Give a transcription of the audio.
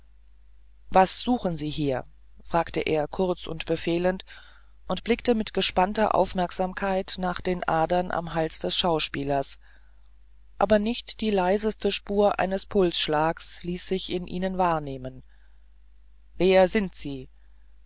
was suchen sie hier fragte er kurz und befehlend und blickte mit gespannter aufmerksamkeit nach den adern am hals des schauspielers aber nicht die leiseste spur eines pulsschlages ließ sich in ihnen wahrnehmen wer sind sie